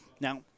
Now